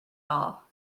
all